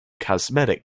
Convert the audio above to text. cosmetic